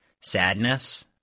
sadness